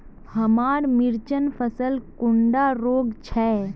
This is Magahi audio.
हमार मिर्चन फसल कुंडा रोग छै?